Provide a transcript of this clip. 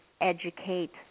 educate